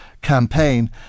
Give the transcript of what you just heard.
campaign